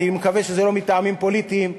אני מקווה שזה לא מטעמים פוליטיים,